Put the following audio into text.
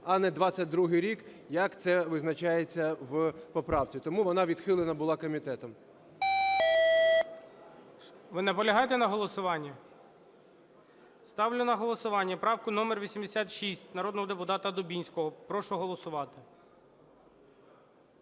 а не 22-й рік, як це визначається в поправці. Тому вона відхилена була комітетом. ГОЛОВУЮЧИЙ. Ви наполягаєте на голосуванні? Ставлю на голосування правку номер 86 народного депутата Дубінського. Прошу голосувати.